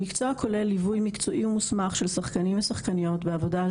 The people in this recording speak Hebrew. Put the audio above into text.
המקצוע כולל ליווי מקצועי מוסמך של שחקנים ושחקניות בעבודה על